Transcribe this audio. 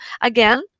Again